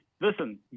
listen